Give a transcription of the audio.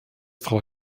frau